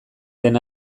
den